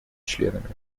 членами